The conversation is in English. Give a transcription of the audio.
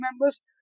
members